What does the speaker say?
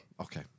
okay